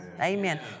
Amen